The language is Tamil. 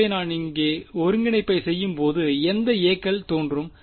ஆகவே நான் இங்கு ஒருங்கிணைப்பைச் செய்யும்போது எந்த a க்கள் தோன்றும்